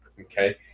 okay